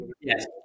yes